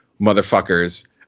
motherfuckers